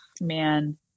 man